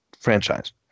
franchise